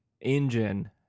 engine